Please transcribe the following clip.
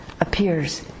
appears